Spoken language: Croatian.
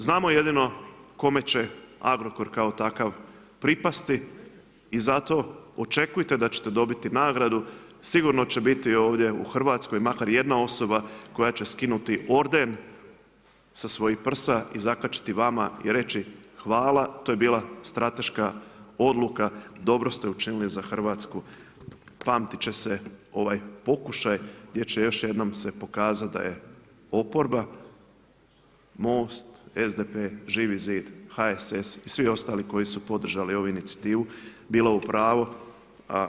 Znamo jedino kome će Agrokor kao takva pripasti i zato očekujte da ćete dobiti nagradu, sigurno će biti ovdje u Hrvatskoj makar jedna osoba koja će skinuti orden sa svojih prsa i zakačiti vama i reći hvala, to je bila strateška odluka, dobro ste učinili za Hrvatsku, pamtit će se ovaj pokušaj jer će se još jednom pokazati da je oporba, Most, SDP, Živi zid, HSS i svi ostali koji su podržali ovu inicijativu bila u pravu.